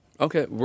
Okay